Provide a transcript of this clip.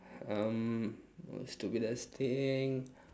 um most stupidest thing